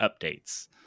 updates